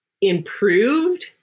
improved